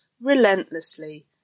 relentlessly